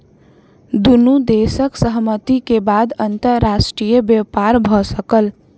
दुनू देशक सहमति के बाद अंतर्राष्ट्रीय व्यापार भ सकल